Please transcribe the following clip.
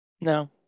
No